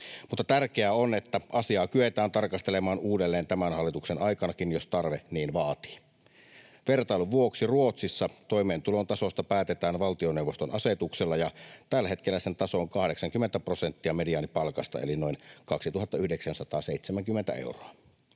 tärkeää on, että asiaa kyetään tarkastelemaan uudelleen tämän hallituksen aikanakin, jos tarve niin vaatii. Vertailun vuoksi: Ruotsissa toimeentulon tasosta päätetään valtioneuvoston asetuksella, ja tällä hetkellä sen taso on 80 prosenttia mediaanipalkasta eli noin 2 970 euroa,